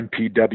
MPW